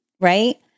right